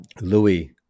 Louis